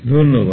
ধন্যবাদ